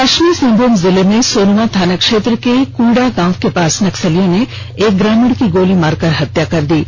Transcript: पश्चिमी सिंहभूम जिले में सोनुवा थाना क्षेत्र के कुईड़ा गांव के पास नक्सलियों ने एक ग्रामीण की गोली मारकर हत्या कर दी है